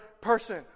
person